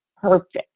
perfect